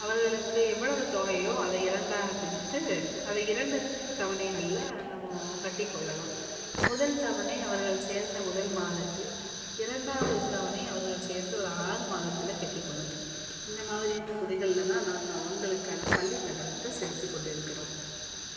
அவர்களுக்கு எவ்வளவு தொகையோ அதை இரண்டாக பிரித்து அதை இரண்டு தவணைகளில் நம்ம கட்டி கொள்ளலாம் முதல் தவணை அவர்கள் சேர்ந்த முதல் மாதத்தில் இரண்டாவது தவணை அவர்கள் சேர்ந்து ஒரு ஆறு மாதத்தில கட்டி கொள்ளணும் இந்த மாதிரியான முறைகளில் தான் நாங்கள் அவங்களுக்கான பள்ளி கட்டணத்தை செலுத்தி கொண்டிருக்கிறோம்